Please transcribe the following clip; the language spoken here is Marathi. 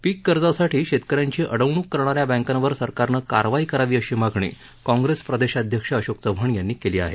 पीक कर्जांसाठी शेतक यांची अडवणुक करणा या बँकांवर सरकारनं कारवाई करावी अशी मागणी काँप्रेस प्रदेशाध्यक्ष अशोक चव्हाण यांनी केली आहे